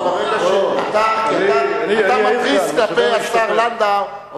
אבל ברגע שאתה מתריס כלפי השר לנדאו,